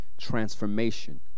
Transformation